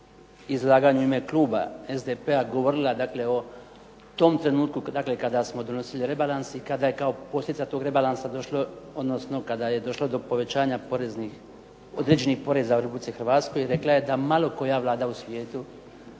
izlaganju u ime kluba SDP-a govorila dakle o tom trenutku, dakle kada smo donosili rebalans i kada je kao posljedica tog rebalansa došlo, odnosno kada je došlo do povećanja određenih poreza u Republici Hrvatskoj rekla je da malo koja Vlada u svijetu,